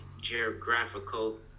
geographical